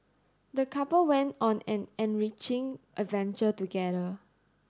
the couple went on an enriching adventure together